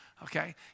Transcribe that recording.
Okay